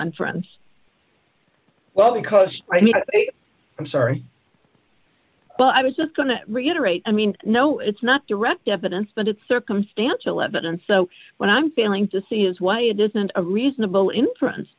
inference well because i mean i'm sorry but i was just going to reiterate i mean no it's not direct evidence but it's circumstantial evidence so when i'm failing to see is why it isn't a reasonable inference